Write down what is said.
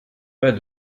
pas